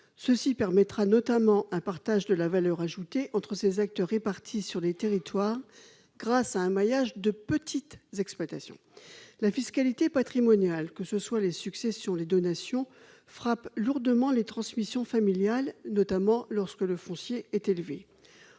Elle permet notamment un partage de la valeur ajoutée entre les acteurs répartis sur les territoires grâce à un maillage de petites exploitations. La fiscalité patrimoniale, que ce soit celle sur les successions ou celle sur les donations, frappe lourdement les transmissions familiales, notamment lorsque le prix du foncier est élevé.